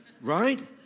Right